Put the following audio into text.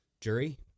jury